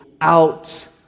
out